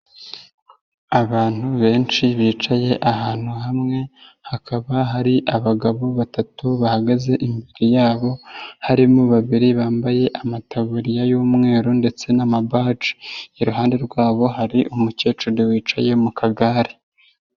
Abantu benshi bicaye ahantu hamwe hakaba hari abagabo batatu bahagaze imbere yabo, harimo babiri bambaye amataburiya y'umweru ndetse n'amabaji, iruhande rwabo hari umukecuru wicaye mu kagare.